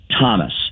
Thomas